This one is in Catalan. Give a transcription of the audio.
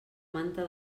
manta